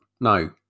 No